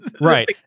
Right